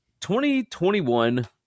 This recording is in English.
2021